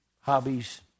hobbies